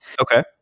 Okay